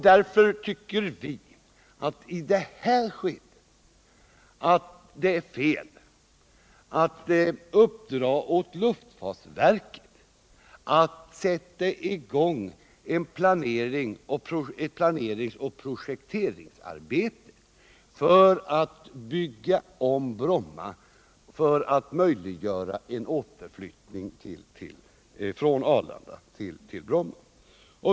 Därför tycker vi det är fel att i det här skedet uppdra åt luftfartsverket att sätta i gång ett planeringsoch projekteringsarbete för ombyggnad av Bromma flygplats för en återflyttning av inrikesflyget från Arlanda till Bromma.